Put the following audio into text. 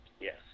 Yes